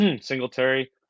Singletary